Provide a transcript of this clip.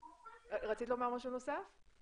רצית לומר משהו נוסף?